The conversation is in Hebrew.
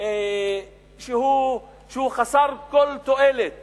שהוא חסר כל תועלת